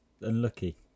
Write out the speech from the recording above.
unlucky